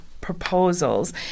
proposals